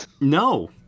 No